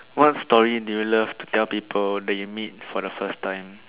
what story do you love to tell people that you meet for the first time